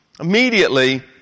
immediately